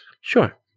sure